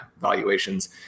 valuations